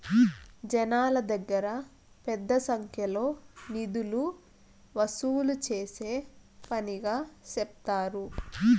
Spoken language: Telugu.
జనాల దగ్గర పెద్ద సంఖ్యలో నిధులు వసూలు చేసే పనిగా సెప్తారు